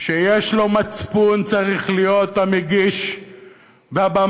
שיש לו מצפון צריך להיות המגיש והבמאי